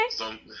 Okay